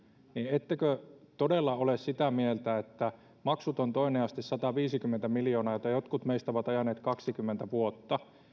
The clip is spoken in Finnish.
ettekö todella ole sitä mieltä että maksuton toinen aste sataviisikymmentä miljoonaa jota jotkut meistä ovat ajaneet kaksikymmentä vuotta